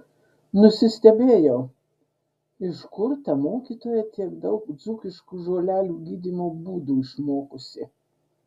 nusistebėjau iš kur ta mokytoja tiek daug dzūkiškų žolelių gydymo būdų išmokusi